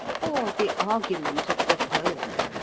or the argument of the poem,